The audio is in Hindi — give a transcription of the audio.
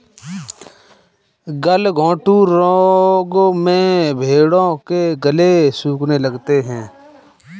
गलघोंटू रोग में भेंड़ों के गले सूखने लगते हैं